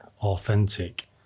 authentic